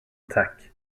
attack